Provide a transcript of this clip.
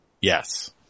Yes